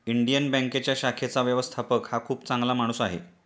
Indian बँकेच्या शाखेचा व्यवस्थापक हा खूप चांगला माणूस आहे